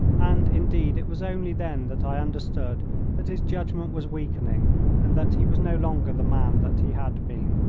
and, indeed, it was only then that i understood that his judgment was weakening and that he was no longer the man that he had been.